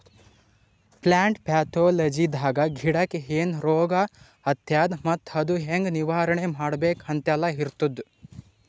plant ಪ್ಯಾಥೊಲಜಿದಾಗ ಗಿಡಕ್ಕ್ ಏನ್ ರೋಗ್ ಹತ್ಯಾದ ಮತ್ತ್ ಅದು ಹೆಂಗ್ ನಿವಾರಣೆ ಮಾಡ್ಬೇಕ್ ಅಂತೆಲ್ಲಾ ಇರ್ತದ್